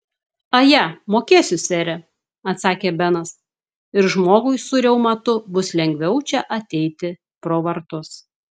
aje mokėsiu sere atsakė benas ir žmogui su reumatu bus lengviau čia ateiti pro vartus